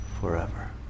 forever